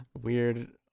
Weird